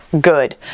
good